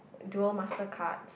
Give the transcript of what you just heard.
dual master card